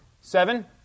Seven